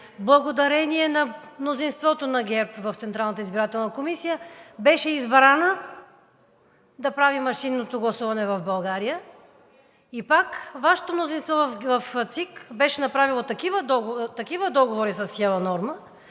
благодарение на мнозинството на ГЕРБ в Централната избирателна комисия, беше избрана да прави машинното гласуване в България. Пак Вашето мнозинство в ЦИК беше направило такива договори със „Сиела Норма“,